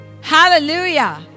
hallelujah